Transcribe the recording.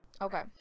Okay